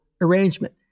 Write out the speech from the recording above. arrangement